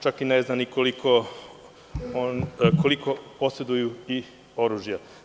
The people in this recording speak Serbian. Čak ne znam ni koliko poseduju oružja.